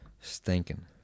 Stinking